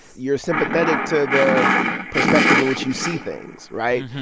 you're sympathetic to the perspective in which you see things, right?